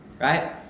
Right